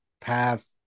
path